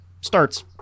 starts